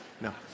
No